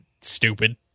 stupid